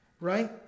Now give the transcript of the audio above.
Right